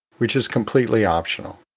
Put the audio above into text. which is completely optional.